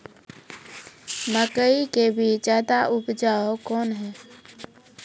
मकई के बीज ज्यादा उपजाऊ कौन है?